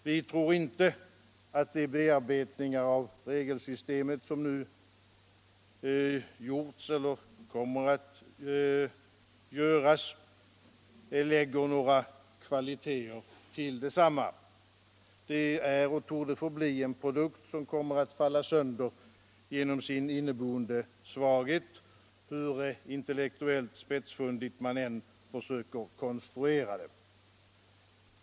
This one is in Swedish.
Vi tror inte att de bearbetningar av regelsystemet som nu har gjorts eller kommer att göras lägger några kvaliteter till detsamma. Det är och torde förbli en produkt som kommer att falla sönder genom sin inneboende svaghet, hur intellektuellt spetsfundigt man än försöker konstruera det.